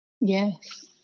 Yes